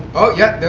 oh, yeah. there